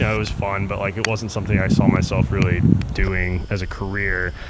it was fun, but like it wasn't something i saw myself really doing as a career.